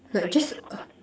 like just